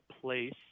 place